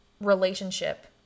relationship